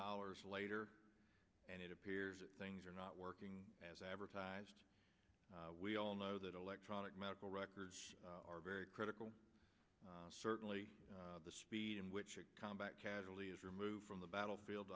dollars later and it appears that things are not working as advertised we all know that electronic medical records are very critical certainly the speed in which combat casualty is removed from the battlefield